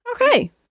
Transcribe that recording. okay